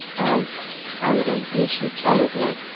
i i am going to miss you terribly.